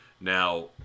Now